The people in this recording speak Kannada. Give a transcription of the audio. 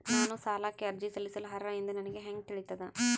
ನಾನು ಸಾಲಕ್ಕೆ ಅರ್ಜಿ ಸಲ್ಲಿಸಲು ಅರ್ಹ ಎಂದು ನನಗೆ ಹೆಂಗ್ ತಿಳಿತದ?